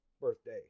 birthday